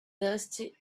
dusty